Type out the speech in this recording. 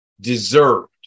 Deserved